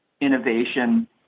innovation